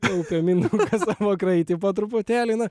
kaupia mindaugas savo kraitį po truputėlį